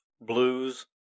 blues